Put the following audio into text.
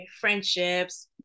friendships